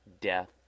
Death